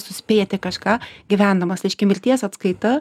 suspėti kažką gyvendamas reiškia mirties apskaita